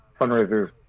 fundraisers